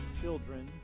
children